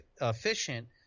efficient